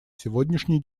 сегодняшней